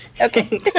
Okay